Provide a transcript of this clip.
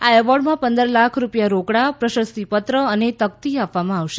આ એવોર્ડમાં પંદર લાખ રૂપિયા રોકડા પ્રશસ્તિપત્ર અને તકતી આપવામાં આવશે